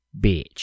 bitch